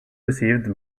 received